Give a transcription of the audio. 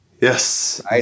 Yes